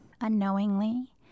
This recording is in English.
unknowingly